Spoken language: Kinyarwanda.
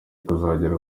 kuzagera